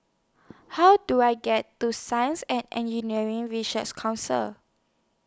How Do I get to Science and Engineering Ray shares Council